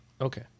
Okay